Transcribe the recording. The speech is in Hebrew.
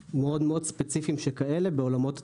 ספציפיים מאוד שכאלה בעולמות התכנון.